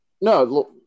No